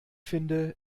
finde